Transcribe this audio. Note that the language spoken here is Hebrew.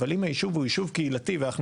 אבל אם הישוב הוא ישוב קהילתי ואנחנו